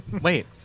Wait